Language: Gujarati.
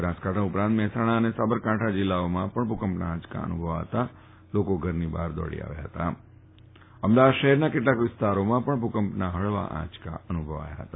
બનાસકાંઠા ઉપરાંત મહેસાણા અને સાબરકાંઠા જિલ્લાઓમાં ભૂકંપના આંચકા અનુભવતા જ લોકો ઘરેથી બફાર દોડી આવ્યા ફતા અમદાવાદ શફેરના કેટલાંક વિસ્તારોમાં પણ ભૂકંપના ફળવા આંચકા અનુભવાયા ફતા